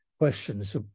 questions